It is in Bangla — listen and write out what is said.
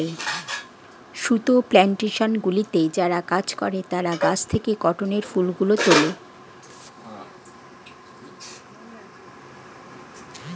সুতো প্ল্যানটেশনগুলিতে যারা কাজ করে তারা গাছ থেকে কটনের ফুলগুলো তোলে